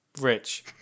rich